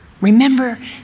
Remember